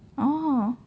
oh